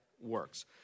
works